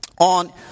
on